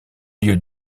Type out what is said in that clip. lieux